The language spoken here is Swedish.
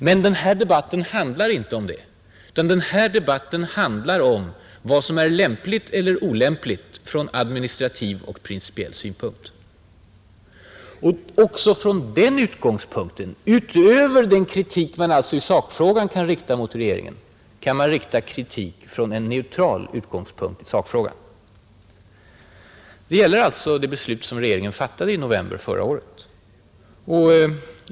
Men den här debatten handlar inte om det utan om vad som är lämpligt eller olämpligt från administrativ och principiell synpunkt. Också då, utöver den kritik man alltså i sakfrågan kan rikta mot regeringen, kan man kritisera från en neutral utgångspunkt i sakfrågan. Det gäller alltså det beslut som regeringen fattade i november förra året.